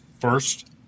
first